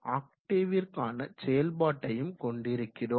ஆக்டேவிற்கான செயல்பாட்டையும் கொண்டிருக்கிறோம்